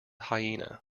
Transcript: hyena